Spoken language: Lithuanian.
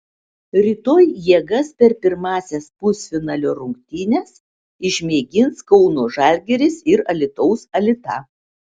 rytoj jėgas per pirmąsias pusfinalio rungtynes išmėgins kauno žalgiris ir alytaus alita